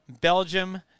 Belgium